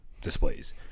displays